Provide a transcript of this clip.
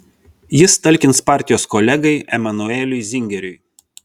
jis talkins partijos kolegai emanueliui zingeriui